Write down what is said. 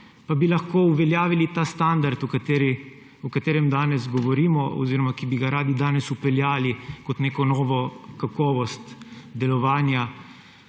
pa bi lahko uveljavili ta standard, o katerem danes govorimo oziroma ki bi ga radi danes vpeljali kot neko novo kakovost delovanja